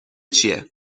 چیه